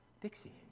Dixie